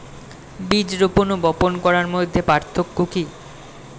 বীজ রোপন ও বপন করার মধ্যে পার্থক্য কি?